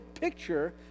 picture